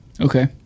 Okay